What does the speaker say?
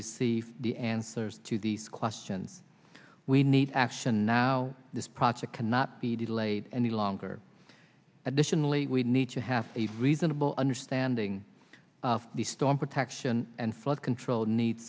receive the answers to these questions we need action now this project cannot be delayed any longer additionally we need to have a reasonable understanding of the storm protection and flood control need